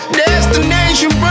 destination